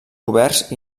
coberts